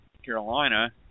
Carolina